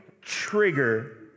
trigger